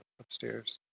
upstairs